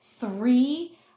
three